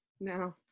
No